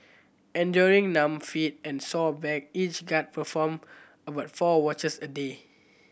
enduring numb feet and sore back each guard performed about four watches a day